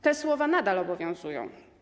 Te słowa nadal obowiązują.